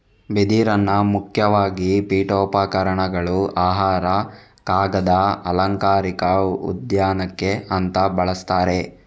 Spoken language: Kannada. ಬಿದಿರನ್ನ ಮುಖ್ಯವಾಗಿ ಪೀಠೋಪಕರಣಗಳು, ಆಹಾರ, ಕಾಗದ, ಅಲಂಕಾರಿಕ ಉದ್ಯಾನಕ್ಕೆ ಅಂತ ಬಳಸ್ತಾರೆ